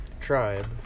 tribe